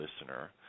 listener